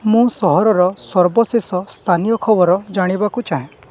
ମୁଁ ସହରର ସର୍ବଶେଷ ସ୍ଥାନୀୟ ଖବର ଜାଣିବାକୁ ଚାହେଁ